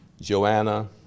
Joanna